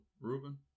Ruben